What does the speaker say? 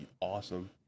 awesome